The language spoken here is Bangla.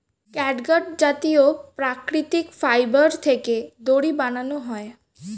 ক্যাটগাট জাতীয় প্রাকৃতিক ফাইবার থেকে দড়ি বানানো হয়